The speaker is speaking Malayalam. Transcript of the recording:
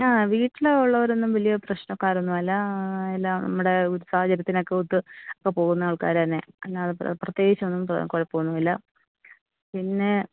ആ വീട്ടിൽ ഉള്ളവർ ഒന്നും വലിയ പ്രശ്നക്കാരൊന്നും അല്ല എല്ലാം നമ്മുടെ സാഹചര്യത്തിനൊക്കെ ഒത്ത് ഒക്കെ പോകുന്ന ആൾക്കാർ തന്നെയാണ് അല്ലാതെ പ്രേ പ്രത്യേകിച്ച് ഒന്നും കുഴപ്പൊന്നുമില്ല പിന്നെ